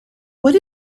what